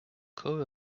core